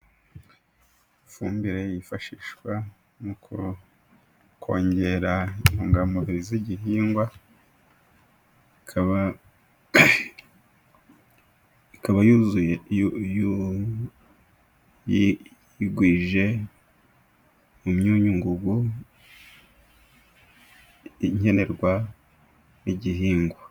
Ifumbire yifashishwa mu kongera intungamubiri z'igihingwa ikaba yuzuye yigwije imyunyungugu nkenerwa n'igihingwa.